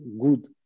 good